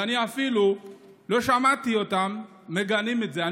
ואני אפילו לא שמעתי אותם מגנים את זה.